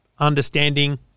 understanding